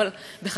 שכנסת ישראל,